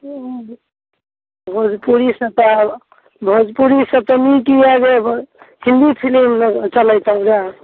भोजपुरी सब तऽ भोजपुरी सब तऽ नीक किए लगेबै हिन्दी फिल्म ने चलैतहुॅं रऽ